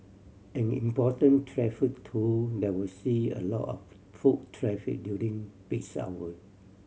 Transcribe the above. an important traffic tool that will see a lot of foot traffic during peaks hour